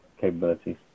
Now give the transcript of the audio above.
capabilities